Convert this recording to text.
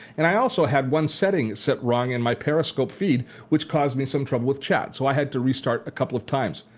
and i also had one setting set wrong in my periscope feed which caused me some trouble with chat. so i had to restart a couple of times.